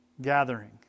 gathering